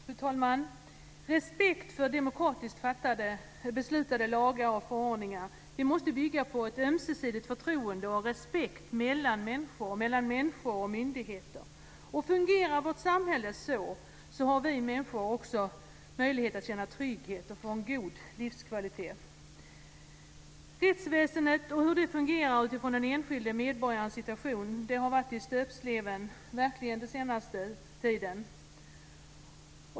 Fru talman! Respekt för demokratiskt beslutade lagar och förordningar måste bygga på ett ömsesidigt förtroende och respekt mellan människor och mellan människor och myndigheter. Fungerar vårt samhälle så, har vi människor också möjlighet att känna trygghet och få en god livskvalitet. Rättsväsendet och hur det fungerar utifrån den enskilde medborgarens situation har varit i stöpsleven den senaste tiden.